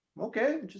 okay